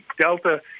Delta